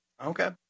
Okay